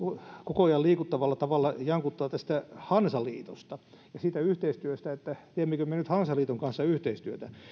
koko ajan liikuttavalla tavalla jankuttaa tästä hansaliitosta ja siitä yhteistyöstä teemmekö me nyt hansaliiton kanssa yhteistyötä